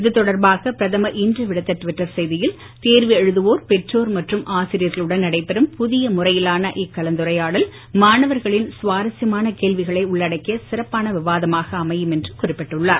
இதுதொடர்பாக பிரதமர் இன்று விடுத்த டுவிட்டர் செய்தியில் தேர்வு எழுதுவோர் பெற்றோர் மற்றும் ஆசிரியர்களுடன் நடைபெறும் புதிய முறையிலான இக்கலந்துரையாடல் மாணவர்களின் சுவாரஸ்யமான கேள்விகளை உள்ளடக்கிய சிறப்பான விவாதமாக அமையும் என்று குறிப்பிட்டுள்ளார்